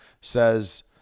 says